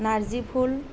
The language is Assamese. নাৰ্জী ফুল